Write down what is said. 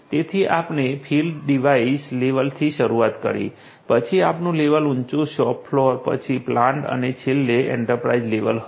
તેથી આપણે field device લેવલથી શરૂઆત કરી પછી આગળનું લેવલ ઉંચુ શોપ ફ્લોર પછી પ્લાન્ટ અને છેલ્લે એન્ટરપ્રાઈઝ લેવલ હતું